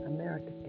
America